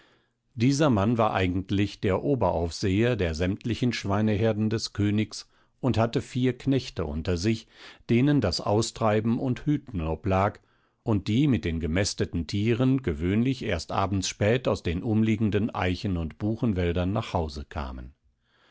dieser mann war eigentlich der oberaufseher der sämtlichen schweineherden des königs und hatte vier knechte unter sich denen das austreiben und hüten oblag und die mit den gemästeten tieren gewöhnlich erst abends spät aus den umliegenden eichen und buchenwäldern nach hause kamen